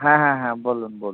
হ্যাঁ হ্যাঁ হ্যাঁ বলুন বলুন